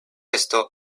esto